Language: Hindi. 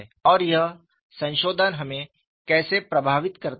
और यह संशोधन हमें कैसे प्रभावित करता है